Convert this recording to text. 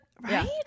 right